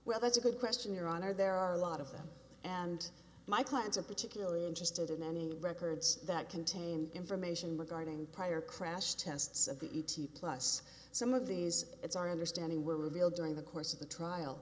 well that's a good question your honor there are a lot of them and my clients are particularly interested in any records that contain information regarding prior crash tests of the e t plus some of these it's our understanding were revealed during the course of the trial